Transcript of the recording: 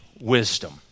wisdom